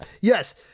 Yes